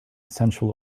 sensual